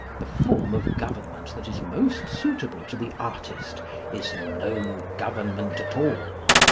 the form of government that is most suitable to the artist is no government at all.